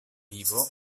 vivo